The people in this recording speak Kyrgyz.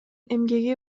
эмгеги